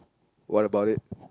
what about it